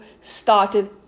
started